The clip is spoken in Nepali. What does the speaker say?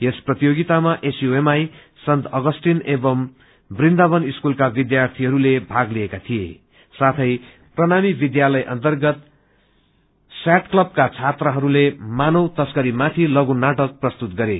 यस प्रतियोगितामा एसयूएमआई सन्त अगस्तीन एवं वृन्दावन स्कूलका विद्यार्थीहरूले भाग लिएका थिए साथै प्रणामी विद्यालय अन्तर्गत स्याट क्लब का छात्राहरूले मानव तस्करीमाथि लपू नाटक प्रस्तुत गरे